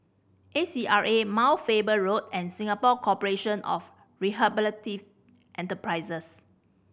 A C R A Mount Faber Road and Singapore Corporation of Rehabilitative Enterprises